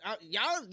y'all